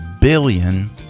billion